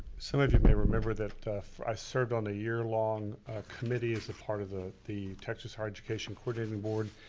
some of you may remember that i served on a year-long committee as a part of ah the texas higher education coordinating board,